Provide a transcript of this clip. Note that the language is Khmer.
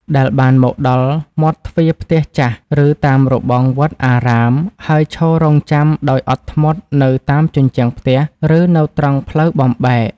ដែលបានមកដល់មាត់ទ្វារផ្ទះចាស់ ឬតាមរបងវត្តអារាម ហើយឈររង់ចាំដោយអត់ធ្មត់នៅតាមជញ្ជាំងផ្ទះ ឬនៅត្រង់ផ្លូវបំបែក។